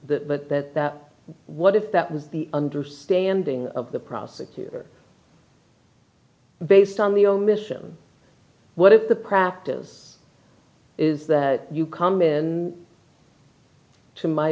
that that that what if that was the understanding of the prosecutor based on the omission what if the practice is that you come in to my